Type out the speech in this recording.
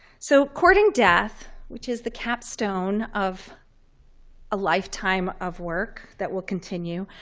so courting death, which is the capstone of a lifetime of work that will continue,